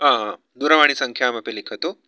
आ दूरवाणीसंख्याम् अपि लिखतु